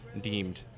deemed